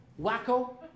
Wacko